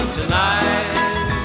tonight